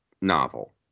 novel